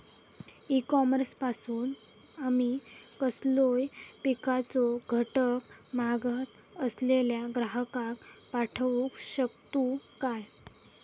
E commerce पासून आमी कसलोय पिकाचो घटक मागत असलेल्या ग्राहकाक पाठउक शकतू काय?